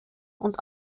und